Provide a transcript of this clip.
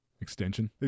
Extension